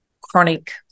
chronic